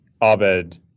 Abed